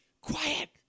quiet